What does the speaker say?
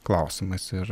klausimais ir